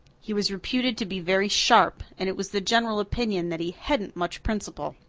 he was reputed to be very sharp and it was the general opinion that he hadn't much principle.